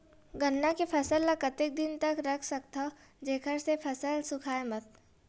गन्ना के फसल ल कतेक दिन तक रख सकथव जेखर से फसल सूखाय मत?